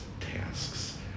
tasks